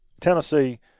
Tennessee